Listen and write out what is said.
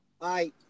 Hi